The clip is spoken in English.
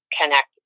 connect